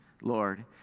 Lord